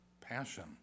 Passion